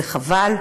זה חבל,